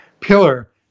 pillar